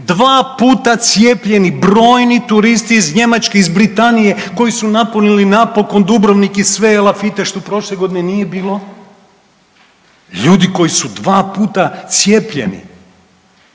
dva puta cijepljeni brojni turisti iz Njemačke i iz Britanije koji su napunili napokon Dubrovnik i sve elafite što prošle godine nije bilo, ljudi koji su dva puta cijepljeni,